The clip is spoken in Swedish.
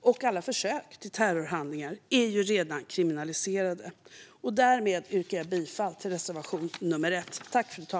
och alla försök till terrorhandlingar är ju redan kriminaliserade. Därmed yrkar jag bifall till reservation 1.